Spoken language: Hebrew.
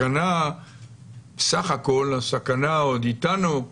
בסך הכול הסכנה עוד אתנו,